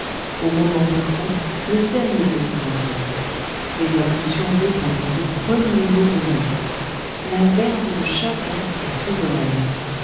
au moment bouffon le sérieux fait son entrée les impulsions dépendent du premier mot venu la verve de chacun est souveraine